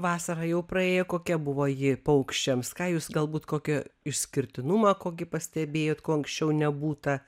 vasara jau praėjo kokia buvo ji paukščiams ką jūs galbūt kokį išskirtinumą kokį pastebėjot ko anksčiau nebūta